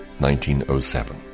1907